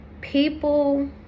people